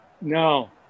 No